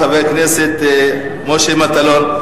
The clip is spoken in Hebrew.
חבר הכנסת משה מטלון.